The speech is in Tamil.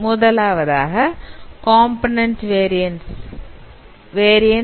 முதலாவது காம்போநன்ண்ட் ன் வேரியன்ஸ் 1